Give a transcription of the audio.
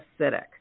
acidic